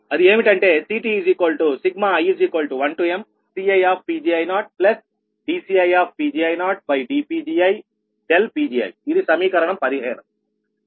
అది ఏమిటి అంటే మీ CTi1mCiPgi0dCiPgi0dPgiPgiఇది సమీకరణం 15